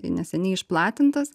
neseniai išplatintas